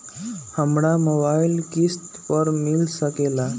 हमरा मोबाइल किस्त पर मिल सकेला?